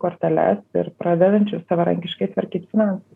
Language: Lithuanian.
korteles ir pradedančių savarankiškai tvarkyti finansus